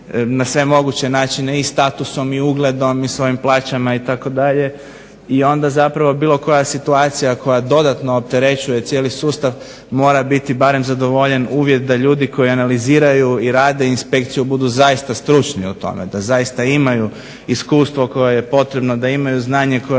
na sve moguće načine i statusom i ugledom i svojim plaćama itd. i onda zapravo bilo koja situacija koja dodatno opterećuje cijeli sustav mora biti barem zadovoljen uvjet da ljudi koji analiziraju inspekciju budu zaista stručni u tome da zaista imaju iskustvo koje je potrebno da imaju znanje koje